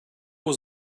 was